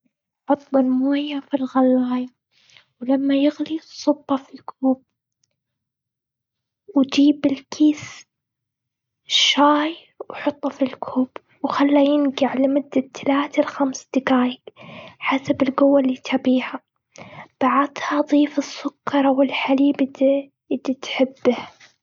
حط المويه في الغلاية، ولما يغلي صبه في كوب. وجيب الكيس شاي وحطه في الكوب، وخليه ينقع لمدة تلاته لخمس دقايق، حسب القوة اللي تبيها. بعدها ضيف السكر والحليب اللي تحبه.